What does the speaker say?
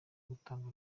gutanga